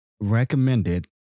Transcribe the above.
recommended